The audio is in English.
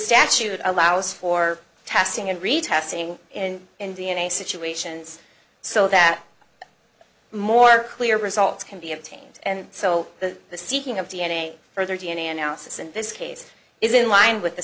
statute allows for testing and retesting in indiana situations so that more clear results can be obtained and so the the seeking of d n a further d n a analysis in this case is in line